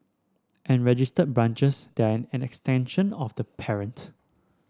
and registered branches an extension of the parent